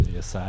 Yes